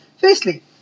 firstly